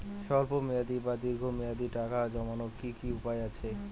স্বল্প মেয়াদি বা দীর্ঘ মেয়াদি টাকা জমানোর কি কি উপায় আছে?